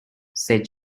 said